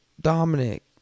Dominic